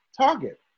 target